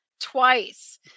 twice